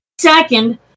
Second